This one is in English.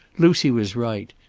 lucy was right.